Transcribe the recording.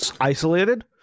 isolated